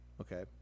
Okay